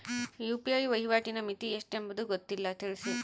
UPI ವಹಿವಾಟಿನ ಮಿತಿ ಎಷ್ಟು ಎಂಬುದು ಗೊತ್ತಿಲ್ಲ? ತಿಳಿಸಿ?